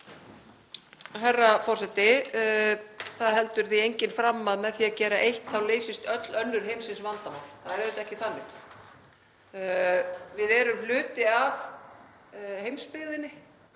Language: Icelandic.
Herra forseti. Það heldur því enginn fram að með því að gera eitt þá leysist öll önnur heimsins vandamál. Það er auðvitað ekki þannig. Við erum hluti af heimsbyggðinni,